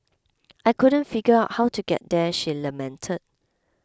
I couldn't figure out how to get there she lamented